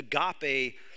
agape